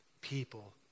people